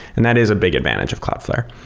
and that is a big advantage of cloudflare.